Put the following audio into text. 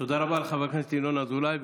תודה רבה לחבר הכנסת ינון אזולאי.